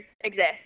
exist